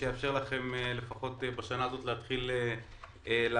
שיאפשר לכם לפחות בשנה הזאת להתחיל לעבוד.